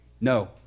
No